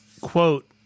quote